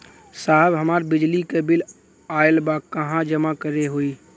साहब हमार बिजली क बिल ऑयल बा कहाँ जमा करेके होइ?